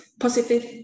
Positive